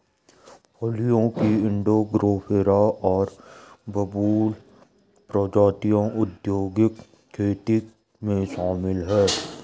फलियों की इंडिगोफेरा और बबूल प्रजातियां औद्योगिक खेती में शामिल हैं